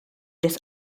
this